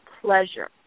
pleasure